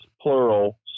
plural